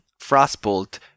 Frostbolt